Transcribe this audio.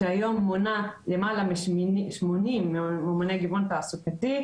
שהיום מונה למעלה מ- 80 ממוני גיוון תעסוקתי,